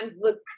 look